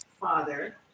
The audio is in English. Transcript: father